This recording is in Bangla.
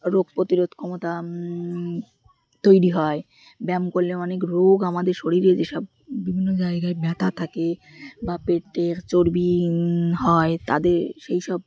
রোগ প্রতিরোধ ক্ষমতা তৈরি হয় ব্যায়াম করলে অনেক রোগ আমাদের শরীরে যেসব বিভিন্ন জায়গায় ব্যথা থাকে বা পেটে চর্বি হয় তাদের সেই সব